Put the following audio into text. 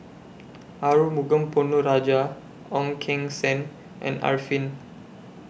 Arumugam Ponnu Rajah Ong Keng Sen and Arifin